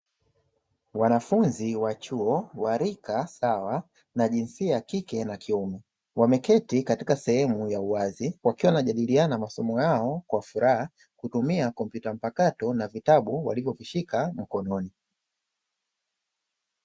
Wanafunzi wa chuo wa rika sawa na jinsia kike na kiume, wameketi katika sehemu ya uwazi wakiwa wanajadiliana masomo yao kwa furaha kutumia kompyuta mpakato na vitabu walivyovishika mikononi.